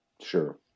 Sure